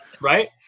right